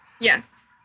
Yes